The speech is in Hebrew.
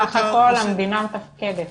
בסך הכול המדינה מתפקדת.